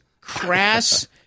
crass